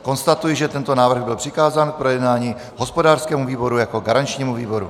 Konstatuji, že tento návrh byl přikázán k projednání hospodářskému výboru jako garančnímu výboru.